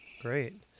Great